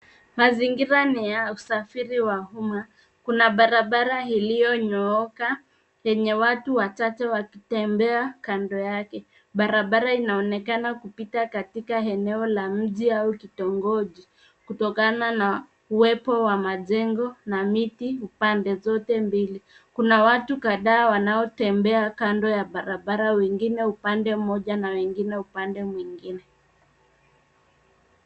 Mazingira ni ya usafiri wa umma. Kuna barabara iliyonyooka yenye watu wachache wakitembea kando yake. Barabara inaonekana kupita eneo la mjii au kitongoji kutokana na uwepo wa majengo na miti pande zote mbili. Kuna watu kadhaa wanaotembea kando ya barabara, wengine upande mmoja na wengine upande mwingine.